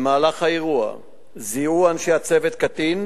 במהלך האירוע זיהו אנשי הצוות קטין